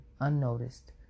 unnoticed